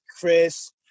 chris